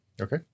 Okay